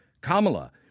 Kamala